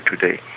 today